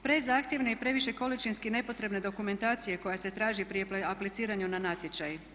Prezahtjevne i previše količinski nepotrebne dokumentacije koja se traži pri apliciranju na natječaj.